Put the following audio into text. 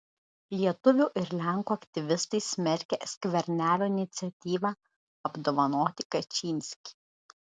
lietuvių ir lenkų aktyvistai smerkia skvernelio iniciatyvą apdovanoti kačynskį